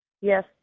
Yes